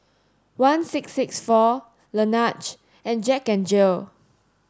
one six six four Laneige and Jack N Jill